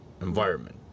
environment